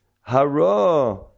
hara